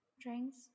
drinks